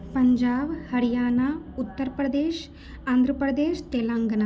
Punjab Haryana Uttar Pradesh Andhra Pradesh Telangana